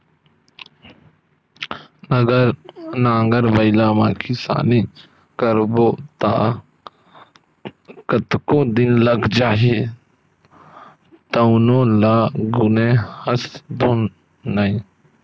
नांगर बइला म किसानी करबो त कतका दिन लाग जही तउनो ल गुने हस धुन नइ